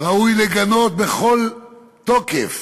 ראוי לגנות בכל תוקף